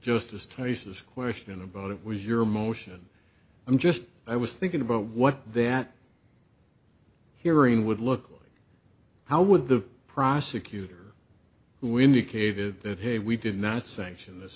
justice thomas this question about it was your motion i'm just i was thinking about what that hearing would look like how would the prosecutor who indicated that hey we did not sanction this